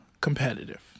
competitive